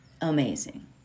amazing